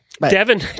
Devin